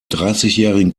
dreißigjährigen